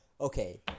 Okay